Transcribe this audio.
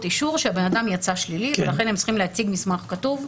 אישור שהאדם יצא שלילי ולכן הם צריכים להציג מסמך כתוב.